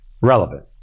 relevant